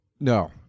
No